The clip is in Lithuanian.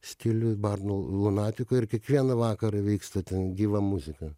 stilius bar l lunatico ir kiekvieną vakarą vyksta ten gyva muzika